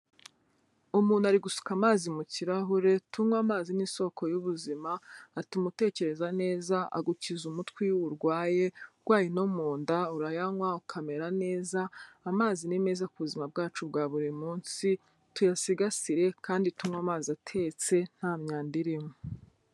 Umuntu ari gusuka amazi mu kirahure, tunywa amazi ni isoko y'ubuzima, atuma utekereza neza, agukiza umutwe iyo uwurwaye, urwaye no mu nda urayanywa ukamera neza, amazi ni meza ku buzima bwacu bwa buri munsi, tuyasigasire kandi tunywe amazi atetse nta myanda irimo.